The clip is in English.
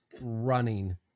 running